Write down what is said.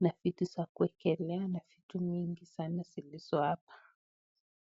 na vitu za kuwekelea na vitu nyingi sana zilizo hapa.